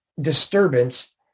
disturbance